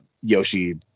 Yoshi